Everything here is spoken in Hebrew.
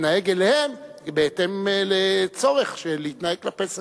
צריך אולי להתנהג אליהם בהתאם לצורך להתנהג כלפי סכנה.